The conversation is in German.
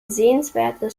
sehenswertes